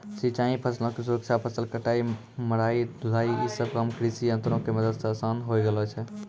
सिंचाई, फसलो के सुरक्षा, फसल कटाई, मढ़ाई, ढुलाई इ सभ काम कृषियंत्रो के मदत से असान होय गेलो छै